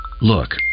Look